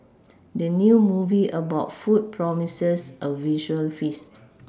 the new movie about food promises a visual feast